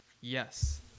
Yes